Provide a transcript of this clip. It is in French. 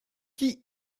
qui